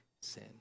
sin